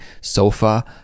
sofa